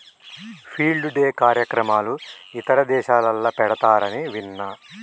field day కార్యక్రమాలు ఇతర దేశాలల్ల పెడతారని విన్న